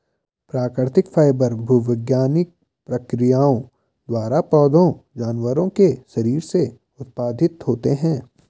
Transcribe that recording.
प्राकृतिक फाइबर भूवैज्ञानिक प्रक्रियाओं द्वारा पौधों जानवरों के शरीर से उत्पादित होते हैं